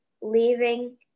leaving